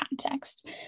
context